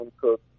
Cook